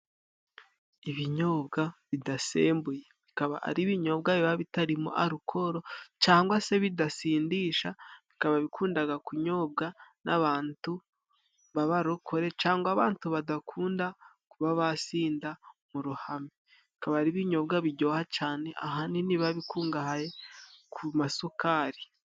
Ibinyobwa bidasembuye bikaba ari ibinyobwa biba bitarimo alukoro cangwa se bidasindisha. Bikaba bikundaga kunyobwa n'abatu b'abarokore cangwa abatu badakunda kuba basinda mu ruhame. bikaba ari ibinyobwa biryoha cane ahanini biba bikungahaye ku masukari.